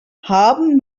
haben